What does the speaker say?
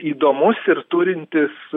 įdomus ir turintis